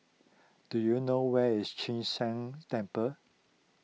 do you know where is Chu Sheng Temple